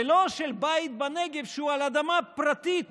ולא כמו בית בנגב, שהוא על אדמה פרטית